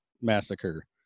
massacre